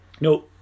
No